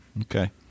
Okay